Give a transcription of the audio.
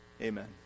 Amen